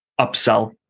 upsell